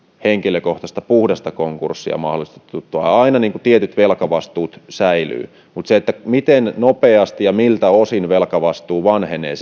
henkilökohtaista konkurssia mahdollistettu vaan aina tietyt velkavastuut säilyvät on kyse siitä miten nopeasti ja miltä osin velkavastuu vanhenee